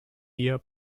year